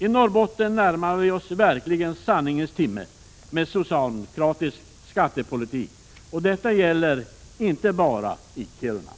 I Norrbotten närmar vi oss verkligen sanningens timma med socialdemokratisk skattepolitik — och detta gäller inte bara i Kiruna.